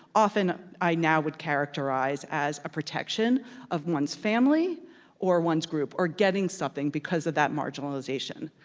often i now would characterize as a protection of one's family or one's group, or getting something because of that marginalization.